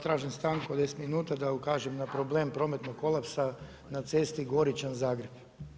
Tražim stanku od 10 minuta da ukažem na problem prometnog kolapsa na cesti Goričan-Zagreb.